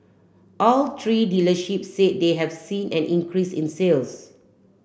all three dealerships said they have seen an increase in sales